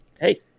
hey